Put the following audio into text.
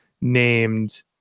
named